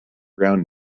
brown